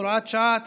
הוראות שעה),